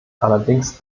allerdings